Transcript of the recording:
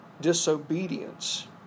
disobedience